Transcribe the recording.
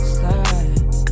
slide